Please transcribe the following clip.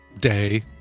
day